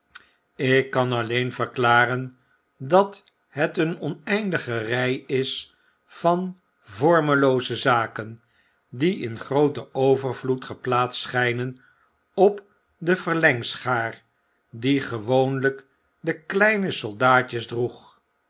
ik kan alleen verklaren dat het een oneindige rij is van vormelooze zaken die in grooten overvloed geplaatst schijnen op de verlengschaar die gewoonlp de kleine soldaatjes droeg